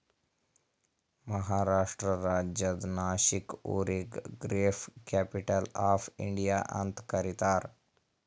ಮಹಾರಾಷ್ಟ್ರ ರಾಜ್ಯದ್ ನಾಶಿಕ್ ಊರಿಗ grape capital of India ಅಂತ್ ಕರಿತಾರ್